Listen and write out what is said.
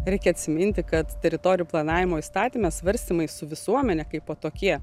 reikia atsiminti kad teritorijų planavimo įstatyme svarstymai su visuomene kaip va tokie